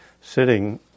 sitting